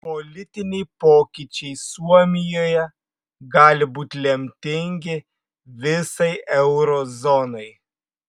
politiniai pokyčiai suomijoje gali būti lemtingi visai euro zonai